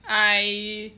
I